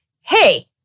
hey